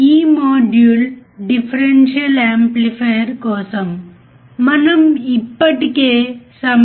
ఈ మాడ్యూల్లో operational amplifier యొక్క ఖచ్చితమైన ఇన్పుట్ మరియు అవుట్పుట్ పరిధిని మనము అర్థం చేసుకుంటాము